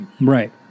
right